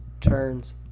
turns